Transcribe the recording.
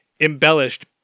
embellished